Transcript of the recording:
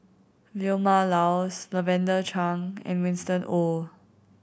Vilma Laus Lavender Chang and Winston Oh